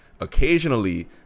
Occasionally